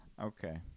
okay